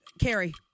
Carrie